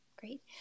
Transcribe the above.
Great